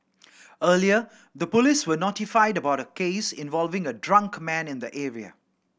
earlier the police were notified about a case involving a drunk man in the area